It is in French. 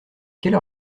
quelle